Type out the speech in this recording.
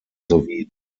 sowie